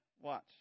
Watch